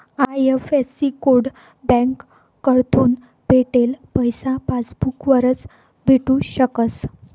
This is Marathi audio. आय.एफ.एस.सी कोड बँककडथून भेटेल पैसा पासबूक वरच भेटू शकस